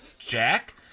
Jack